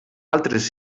altres